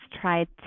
tried